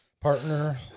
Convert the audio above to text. partner –